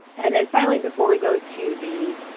and then finally before we go to the